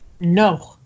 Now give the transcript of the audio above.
No